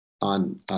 on